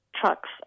trucks